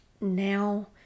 Now